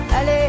Allez